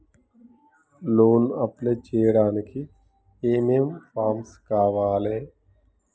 Loan apply చేయడానికి ఏం ఏం ఫామ్స్ కావాలే?